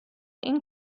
این